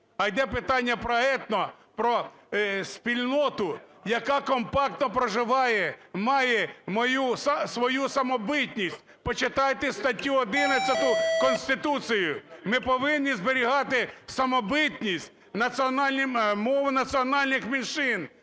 а йде питання про етно, про спільноту, яка компактно проживає, має свою самобутність. Почитайте статтю 11 Конституції. Ми повинні зберігати самобутність, мови національних меншин